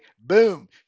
boom